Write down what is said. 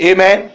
Amen